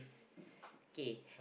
K